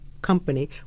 company